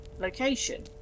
location